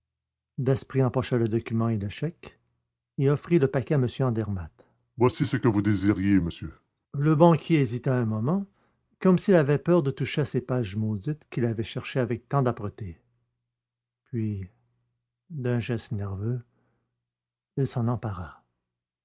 daspry empocha le document et le chèque et offrit le paquet à m andermatt voici ce que vous désiriez monsieur le banquier hésita un moment comme s'il avait peur de toucher à ces pages maudites qu'il avait cherchées avec tant d'âpreté puis d'un geste nerveux il s'en empara